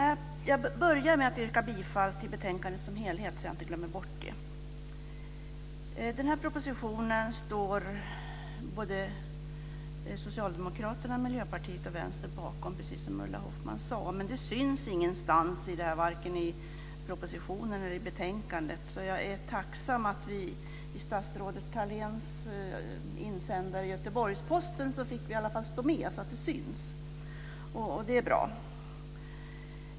Den här propositionen står socialdemokraterna, Ulla Hoffmann sade, men det syns ingenstans, varken i propositionen eller i betänkandet. Jag är tacksam att vi i statsrådet Thaléns insändare i Göteborgs-Posten fick stå med så att det syns. Det är bra.